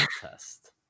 test